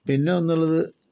പിന്നൊന്നുള്ളത്